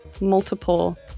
multiple